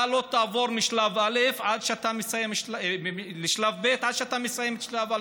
אתה לא תעבור משלב א' לשלב ב' עד שאתה מסיים את שלב א',